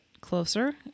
closer